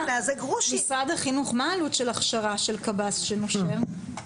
משרד החינוך, מה העלות של הכשרה של קב"ס שנושר?